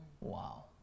Wow